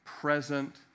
Present